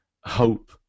hope